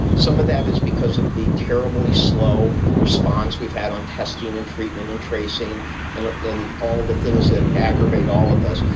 some of that is because of the terribly slow response we've had on testing and treatment and tracing and then all the things that aggravate all of us.